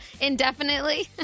indefinitely